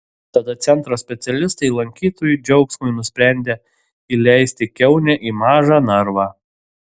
tada centro specialistai lankytojų džiaugsmui nusprendė įleisti kiaunę į mažą narvą